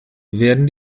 werden